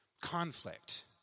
Conflict